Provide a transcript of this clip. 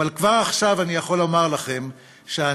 אבל כבר עכשיו אני יכול לומר לכם שהנפגעת